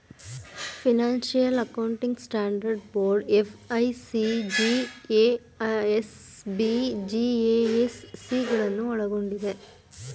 financial accounting standard board FAC, GASB, GASC ಗಳನ್ನು ಒಳ್ಗೊಂಡಿದೆ